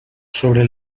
sobre